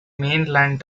mainland